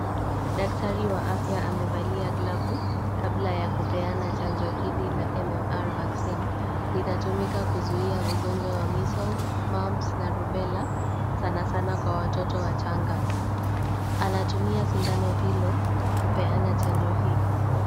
Daktari wa afya amevalia glavu kabla ya kupeana chanjo hili la MMR vaccine . Linatumika kuzuia ugonjwa wa measles, mamps na rubela sana sana kwa watoto wachanga. Anatumia sindano hilo kupeana chanjo hii.